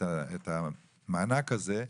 את המענק הזה,